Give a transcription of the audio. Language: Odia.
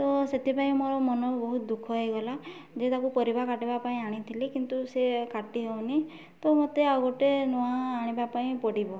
ତ ସେଥିପାଇଁ ମୋ ମନ ବହୁତ ଦୁଃଖ ହେଇଗଲା ଯେ ତାକୁ ପରିବା କାଟିବା ପାଇଁ ଆଣିଥିଲି କିନ୍ତୁ ସେ କାଟି ହେଉନି ତ ମୋତେ ଆଉ ଗୋଟେ ନୂଆ ଆଣିବା ପାଇଁ ପଡ଼ିବ